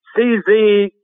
CZ